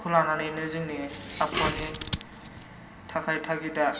खौ लानानैनो जोंनि आबहावानि थाखाय थागिदा